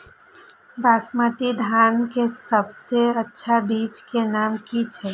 बासमती धान के सबसे अच्छा बीज के नाम की छे?